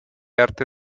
arte